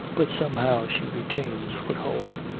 but somehow she retains foothold.